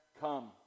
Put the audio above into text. come